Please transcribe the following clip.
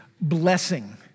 blessing